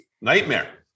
Nightmare